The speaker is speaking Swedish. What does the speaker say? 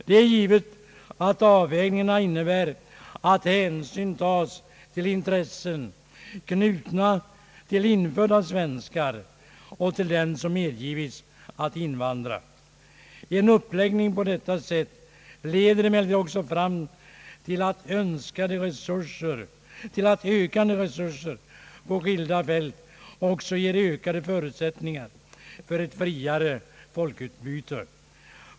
Det är givet att avvägningarna innebär att hänsyn tas till intressen, knutna till infödda svenskar och till dem som har medgivits rätt att invandra. En uppläggning på detta sätt leder emellertid också fram till att ökande resurser på skilda fält ger ökade förutsättningar för ett friare folkutbyte.